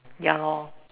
ya lor